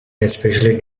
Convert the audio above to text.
especially